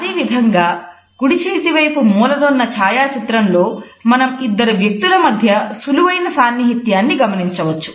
అదేవిధంగా కుడిచేతి వైపు మూలనున్న ఛాయా చిత్రం లో మనం ఇద్దరు వ్యక్తుల మధ్య సులువైన సాన్నిహిత్యాన్ని గమనించవచ్చు